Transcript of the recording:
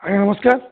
ଆଜ୍ଞା ନମସ୍କାର